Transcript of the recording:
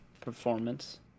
performance